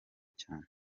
cyane